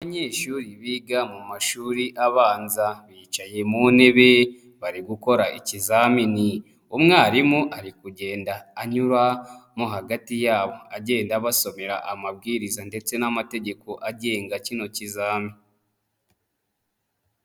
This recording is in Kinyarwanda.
Abanyeshuri biga mu mashuri abanza, bicaye mu ntebe, bari gukora ikizamini. Umwarimu ari kugenda anyura hagati yabo, agenda basomera amabwiriza ndetse n'amategeko agenga kino kizami.